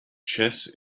chess